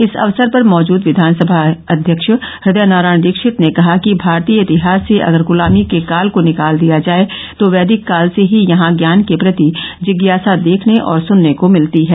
इस अवसर पर मौजूद विधानसभा अध्यक्ष हृदय नारायण दीक्षित ने कहा कि भारतीय इतिहास से अगर गुलामी के काल को निकाल दिया जाए तो वैदिक काल से ही यहां ज्ञान के प्रति जिज्ञासा देखने और सुनने को मिली है